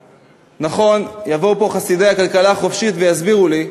נכון, יבואו פה חסידי הכלכלה החופשית ויסבירו לי: